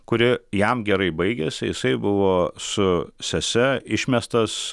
kuri jam gerai baigėsi jisai buvo su sese išmestas